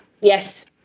Yes